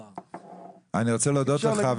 אני רוצה להודות לך,